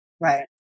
Right